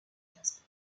gainsbourg